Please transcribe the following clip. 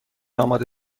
آماده